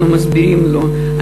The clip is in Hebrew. אנחנו מסבירים לו,